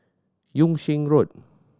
Yung Sheng Road